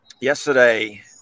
Yesterday